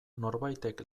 norbaitek